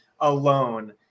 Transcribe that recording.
alone